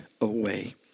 away